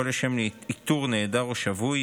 או לשם איתור נעדר או שבוי,